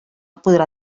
podrà